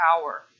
power